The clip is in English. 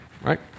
right